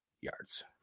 yards